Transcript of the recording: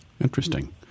interesting